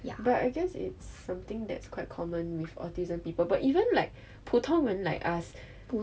but I guess it's something that's quite common with autism people but even like 普通人 like us